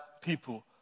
people